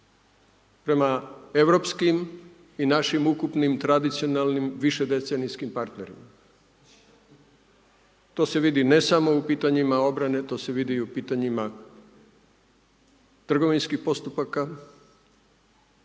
prema europskim i našim ukupnim tradicionalnim, višedecenijskim partnerima. To se vidi ne samo u pitanjima obrane, to se vidi i u pitanjima trgovinskih postupaka